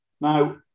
Now